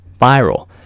viral